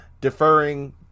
deferring